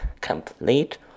complete